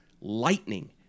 lightning